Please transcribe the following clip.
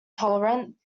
tolerant